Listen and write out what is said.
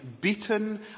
beaten